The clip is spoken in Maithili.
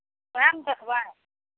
उएह ने देखबै